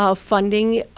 ah funding